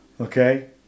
okay